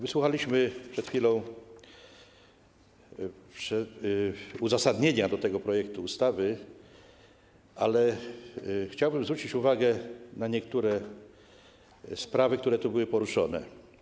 Wysłuchaliśmy przed chwilą uzasadnienia tego projektu ustawy, ale chciałbym zwrócić uwagę na niektóre sprawy, które zostały tu poruszone.